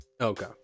Okay